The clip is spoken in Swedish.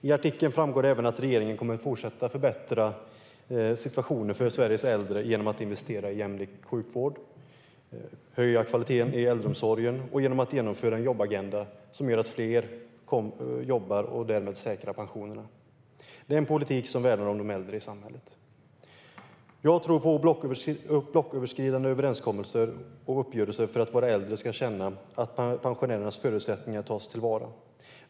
Av artikeln framgår också att regeringen kommer att fortsätta förbättra situationen för Sveriges äldre genom att investera i jämlik sjukvård, höja kvaliteten i äldreomsorgen och genomföra en jobbagenda som gör att fler jobbar och därmed säkrar pensionerna. Det är en politik som värnar om de äldre i samhället. Jag tror på blocköverskridande överenskommelser och uppgörelser för att våra äldre ska känna att pensionärernas förutsättningar tas till vara.